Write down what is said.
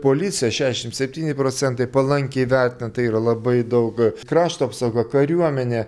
policija šešiasdešim septyni procentai palankiai įvertinta tai yra labai daug krašto apsauga kariuomenė